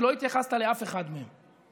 כי לא התייחסת לאף אחד מהם.